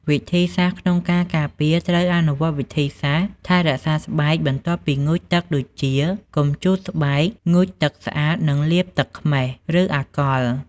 វិធិសាស្ត្រក្នុងការការពារត្រូវអនុវត្តវិធីសាស្រ្តថែរក្សាស្បែកបន្ទាប់ពីងូតទឹកដូចជា កុំជូតស្បែក ងូតទឹកស្អាត និងលាបទឹកខ្មេះ ឬអាល់កុល។